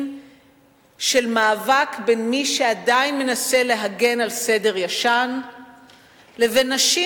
של מאבק בין מי שעדיין מנסה להגן על סדר ישן לבין נשים